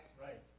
Right